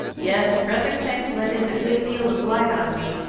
yes, brother peck let in a good deal of light on me.